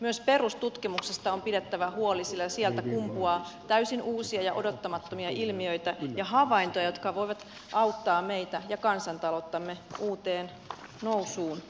myös perustutkimuksesta on pidettävä huoli sillä sieltä kumpuaa täysin uusia ja odottamattomia ilmiöitä ja havaintoja jotka voivat auttaa meitä ja kansantalouttamme uuteen nousuun